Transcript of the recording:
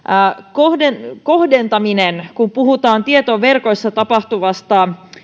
kohdentaminen kohdentaminen kun puhutaan tietoverkoissa tapahtuvasta